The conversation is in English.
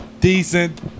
Decent